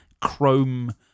chrome